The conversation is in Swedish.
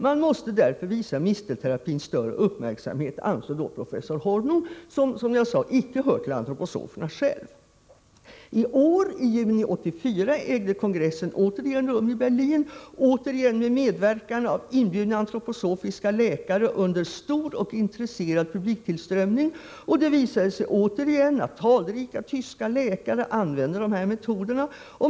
Man måste därför visa mistelterapin större uppmärksamhet, ansåg professor Hornung, som alltså själv icke hör till antroposoferna. IT år, i juni 1984, ägde kongressen återigen rum i Berlin och återigen med medverkan av inbjudna antroposofiska läkare, med en stor och intresserad publik. Det visade sig återigen att talrika tyska läkare använder dessa metoder.